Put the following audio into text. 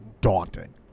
daunting